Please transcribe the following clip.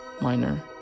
minor